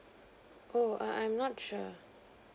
oh err I'm not sure